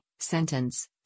sentence